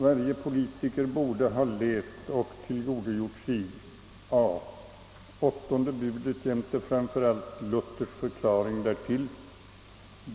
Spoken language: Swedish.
Varje politiker borde ha läst och tillgodogjort sig 2.